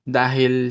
dahil